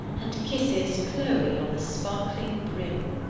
and kisses chloe on the sparkling brim!